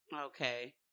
Okay